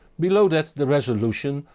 below that the resolution,